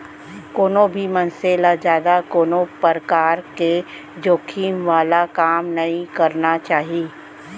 कोनो भी मनसे ल जादा कोनो परकार के जोखिम वाला काम नइ करना चाही